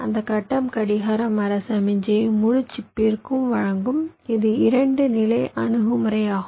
அந்த கட்டம் கடிகார மர சமிக்ஞையை முழு சிப்பிற்கும் வழங்கும் இது 2 நிலை அணுகுமுறை ஆகும்